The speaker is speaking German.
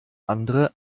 andere